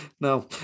no